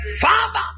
Father